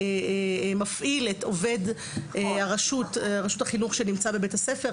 שמפעיל את עובד רשות החינוך שנמצא בבית הספר,